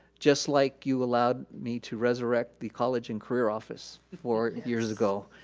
just like you allowed me to resurrect the college and career office four years ago.